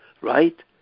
Right